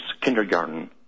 kindergarten